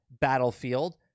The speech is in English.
Battlefield